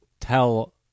tell